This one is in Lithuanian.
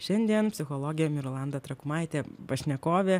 šiandien psichologinė mirolanda trakumaitė pašnekovė